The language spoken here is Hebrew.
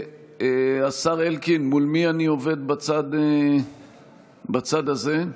השר אלקין, מול מי אני עובד בצד הזה?